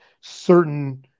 certain